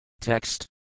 Text